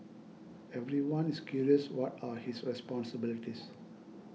everyone is curious what are his responsibilities